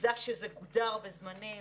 עובדה שזה גודר בזמנים,